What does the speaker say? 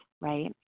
right